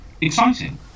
exciting